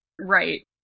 Right